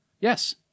yes